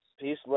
Peace